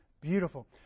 Beautiful